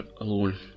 alone